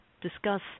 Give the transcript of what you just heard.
discuss